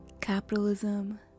capitalism